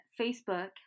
Facebook